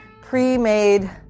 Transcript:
pre-made